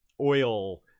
oil